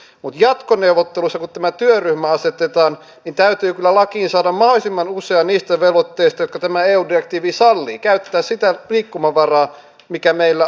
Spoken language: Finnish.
mutta jatkoneuvotteluissa kun tämä työryhmä asetetaan täytyy kyllä lakiin saada mahdollisimman usea niistä velvoitteista jotka tämä eu direktiivi sallii ja käyttää sitä liikkumavaraa mikä meillä on